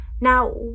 Now